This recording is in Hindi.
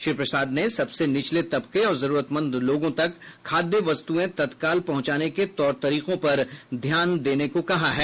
श्री प्रसाद ने सबसे निचले तबके और जरूरतमंद लोगों तक खाद्य वस्तुएं तत्काल पहुंचाने के तौर तरीकों पर ध्यान केंद्रित करने के निर्देश दिए